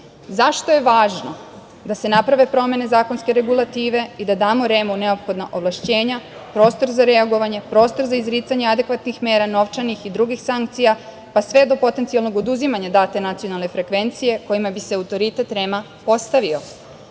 je važno da se naprave promene zakonske regulative i da damo REM-u neophodna ovlašćenja, prostor za reagovanje, prostor za izricanje adekvatnih mera, novčanih i drugih sankcija, pa sve do potencijalnog oduzimanja date nacionalne frekvencije, kojima bi se autoritet REM-a ostavio? Zbog